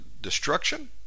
destruction